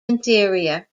interior